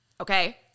Okay